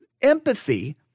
empathy